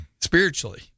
spiritually